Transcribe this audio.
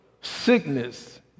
Sickness